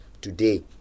today